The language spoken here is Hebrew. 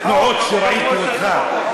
התנועות שראיתי אצלך.